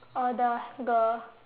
oh the girl